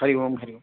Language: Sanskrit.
हरि ओम् हरि ओम्